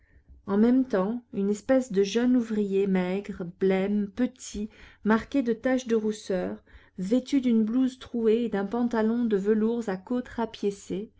en même temps une espèce de jeune ouvrier maigre blême petit marqué de taches de rousseur vêtu d'une blouse trouée et d'un pantalon de velours à côtes rapiécé